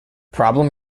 problem